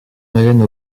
moyennes